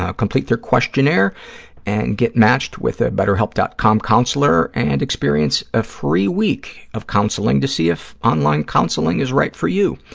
ah complete their questionnaire and get matched with a betterhelp. com counselor and experience a free week of counseling to see if online counseling is right for you.